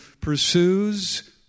pursues